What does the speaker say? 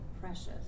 precious